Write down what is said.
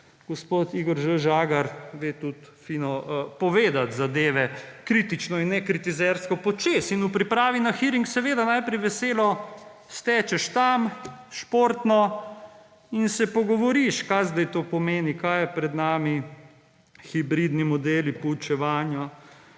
Gospod Igor Ž. Žagar zna tudi dobro povedati zadeve, kritično in ne kritizersko počez. In v pripravi na hearing seveda najprej seveda stečeš tja, športno, in se pogovoriš, kaj zdaj to pomeni, kaj je pred nami, hibridni modeli poučevanja.